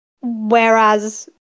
Whereas